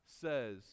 says